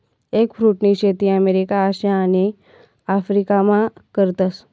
एगफ्रुटनी शेती अमेरिका, आशिया आणि आफरीकामा करतस